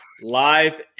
live